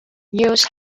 news